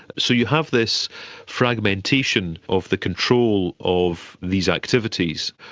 so you have this fragmentation of the control of these activities.